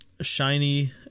Shiny